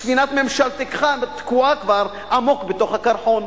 ספינת ממשלתך תקועה כבר עמוק בתוך הקרחון.